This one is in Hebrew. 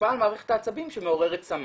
השפעה על מערכת העצבים שמעוררת צמא.